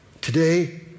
Today